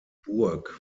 burg